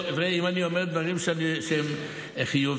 אם אני אומר דברים שהם חיוביים,